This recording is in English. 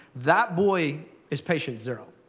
that boy is patient zero.